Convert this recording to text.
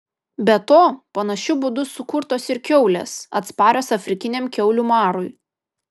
be to panašiu būdu sukurtos ir kiaulės atsparios afrikiniam kiaulių marui